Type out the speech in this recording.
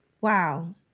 wow